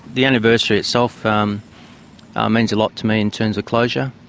the anniversary itself um ah means a lot to me in terms of closure.